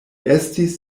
estis